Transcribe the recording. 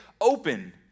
open